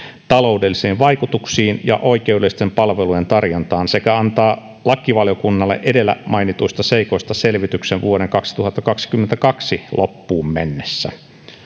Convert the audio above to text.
taloudellisiin vaikutuksiin ja oikeudellisten palvelujen tarjontaan sekä antaa lakivaliokunnalle edellä mainituista seikoista selvityksen vuoden kaksituhattakaksikymmentäkaksi loppuun mennessä